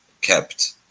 kept